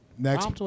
Next